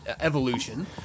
evolution